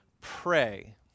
pray